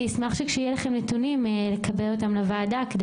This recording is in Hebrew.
אני אשמח שכשיהיו לכם נתונים נקבל אותם לוועדה כדי